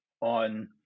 on